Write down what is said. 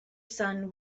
son